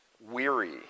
weary